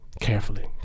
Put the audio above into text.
Carefully